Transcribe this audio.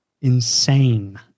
insane